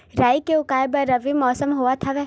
राई के उगाए बर रबी मौसम होवत हवय?